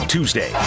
Tuesday